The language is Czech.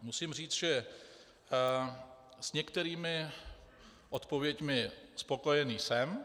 Musím říct, že s některými odpověďmi spokojený jsem.